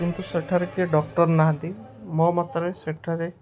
କିନ୍ତୁ ସେଠାରେ କିଏ ଡକ୍ଟର ନାହାନ୍ତି ମୋ ମତରେ ସେଠାରେ